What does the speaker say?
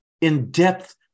in-depth